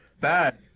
Bad